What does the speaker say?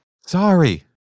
Sorry